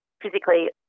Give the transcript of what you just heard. physically